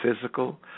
physical